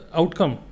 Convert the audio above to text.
outcome